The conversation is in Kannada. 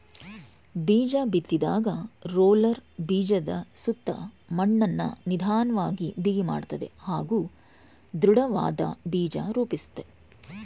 ಬೀಜಬಿತ್ತಿದಾಗ ರೋಲರ್ ಬೀಜದಸುತ್ತ ಮಣ್ಣನ್ನು ನಿಧನ್ವಾಗಿ ಬಿಗಿಮಾಡ್ತದೆ ಹಾಗೂ ದೃಢವಾದ್ ಬೀಜ ರೂಪಿಸುತ್ತೆ